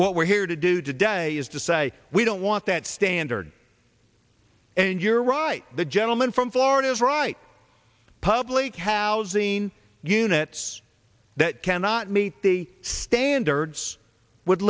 what we're here to do today is to say we don't want that standard and you're right the gentleman from florida is right public housing units that cannot meet the standards would